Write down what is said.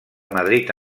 madrid